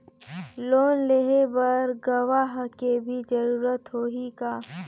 Loan लेहे बर गवाह के भी जरूरत होही का?